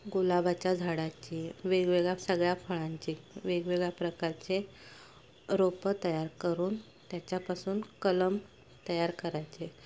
गुलाबाच्या झाडाची वेगवेगळ्या सगळ्या फळांची वेगवेगळ्या प्रकारचे रोपं तयार करून त्याच्यापासून कलम तयार करायचे